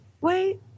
Wait